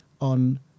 on